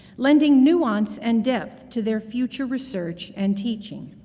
lending nuanced and depth to their future research and teaching.